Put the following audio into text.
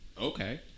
Okay